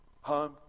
Home